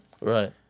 right